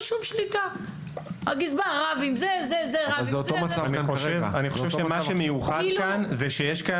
אני חושב שמה שמיוחד כאן זה שעל